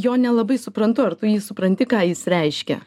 jo nelabai suprantu ar tu jį supranti ką jis reiškia